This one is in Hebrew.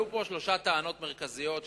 עלו פה שלוש טענות מרכזיות ששמעתי.